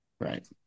Right